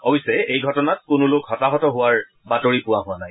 অৱশ্যে এই ঘটনাত কোনো লোক হতাহত হোৱাৰ বাতৰি পোৱা নাই